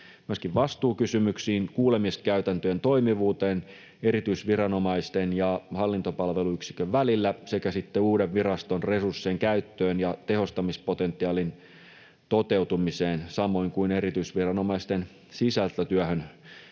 vastuukysymyksiin, kuulemiskäytäntöjen toimivuuteen erityisviranomaisten ja hallintopalveluyksikön välillä sekä sitten uuden viraston resurssien käyttöön ja tehostamispotentiaalin toteutumiseen samoin kuin erityisviranomaisten sisältötyöhön